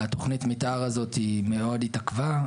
תכנית המתאר הזאת מאוד התעכבה,